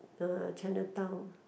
uh Chinatown